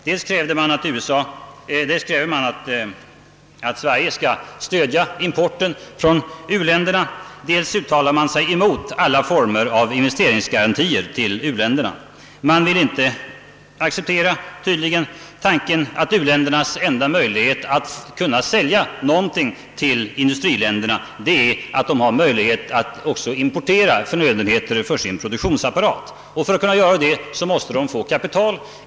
Dels krävde man att Sverige skulle stödja importen från u-länderna, dels uttalade man sig emot alla former av investeringsgarantier till u-länderna. Man vill inte acceptera tanken att u-ländernas enda möjlighet att sälja någonting till industriländerna är att de har möjligheter att importera förnödenheter till sin produktionsapparat. För att göra det måste de få kapital.